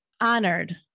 honored